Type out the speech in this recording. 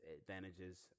advantages